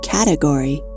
Category